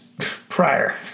prior